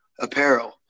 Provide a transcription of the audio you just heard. apparel